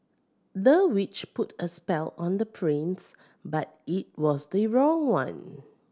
the witch put a spell on the prince but it was the wrong one